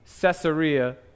Caesarea